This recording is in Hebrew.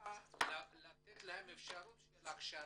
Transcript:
הממשלה לתת להם אפשרות של הכשרה,